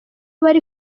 bari